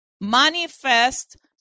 Manifest